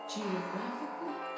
Geographically